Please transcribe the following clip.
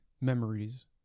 memories